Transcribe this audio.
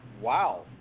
wow